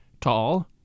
tall